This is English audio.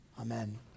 Amen